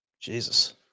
Jesus